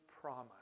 promise